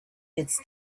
its